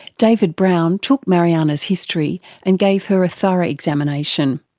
david brown took mariana's history and gave her a thorough examination.